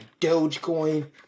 Dogecoin